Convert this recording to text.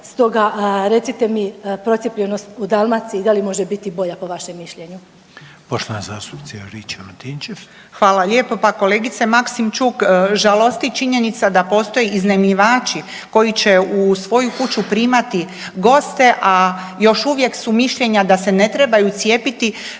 Stoga recite mi procijepljenost u Dalmaciji da li može biti bolja po vašem mišljenju? **Reiner, Željko (HDZ)** Poštovana zastupnica Juričev-Martinčev. **Juričev-Martinčev, Branka (HDZ)** Hvala lijepo. Pa kolegice Maksimčuk žalosti činjenica da postoje iznajmljivači koji će u svoju kuću primati goste, a još uvijek su mišljenja da se ne trebaju cijepiti.